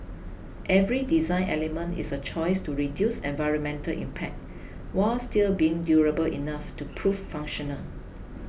every design element is a choice to reduce environmental impact while still being durable enough to prove functional